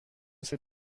sais